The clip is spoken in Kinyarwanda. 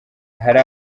hari